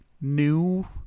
new